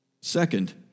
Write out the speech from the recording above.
Second